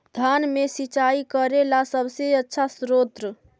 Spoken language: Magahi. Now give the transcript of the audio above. धान मे सिंचाई करे ला सबसे आछा स्त्रोत्र?